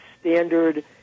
standard